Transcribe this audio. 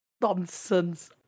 nonsense